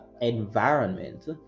environment